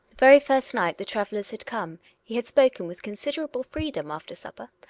very first night the travellers had come he had spoken with considerable freedom after supper.